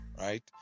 right